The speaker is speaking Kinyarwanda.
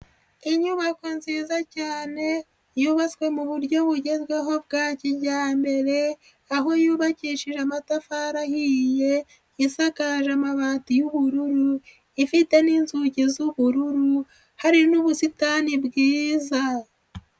Inyubako nziza cyane yubatswe mu buryo bugezweho bwa kijyambere, aho yubakishije amatafari ahiye, isakaje amabati y'ubururu, ifite n'inzugi z'ubururu, hari n'ubusitani bwiza.